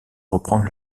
reprendre